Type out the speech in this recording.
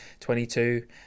22